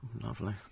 Lovely